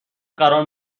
قرار